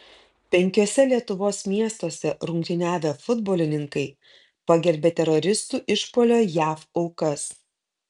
penkiuose lietuvos miestuose rungtyniavę futbolininkai pagerbė teroristų išpuolio jav aukas